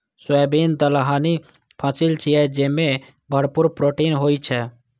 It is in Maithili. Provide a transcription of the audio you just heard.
सोयाबीन दलहनी फसिल छियै, जेमे भरपूर प्रोटीन होइ छै